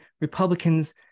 Republicans